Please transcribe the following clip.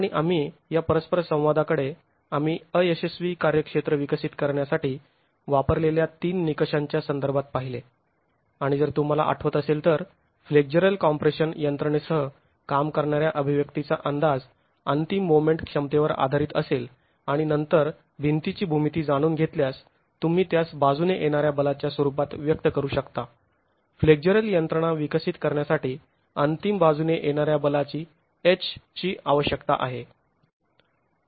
आणि आम्ही या परस्पर संवादाकडे आम्ही अयशस्वी कार्यक्षेत्र विकसित करण्यासाठी वापरलेल्या ३ निकषांच्या संदर्भात पाहिले आणि जर तुम्हाला आठवत असेल तर फ्लेक्झरल कॉम्प्रेशन यंत्रणेसह काम करणाऱ्या अभिव्यक्तीचा अंदाज अंतिम मोमेंट क्षमतेवर आधारित असेल आणि नंतर भिंतीची भूमिती जाणून घेतल्यास तुम्ही त्यास बाजूने येणाऱ्या बलाच्या स्वरूपात व्यक्त करू शकता फ्लेक्झरल यंत्रणा विकसित करण्यासाठी अंतिम बाजूने येणाऱ्या बलाची H ची आवश्यकता आहे